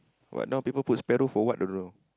what now people put sparrow for what don't know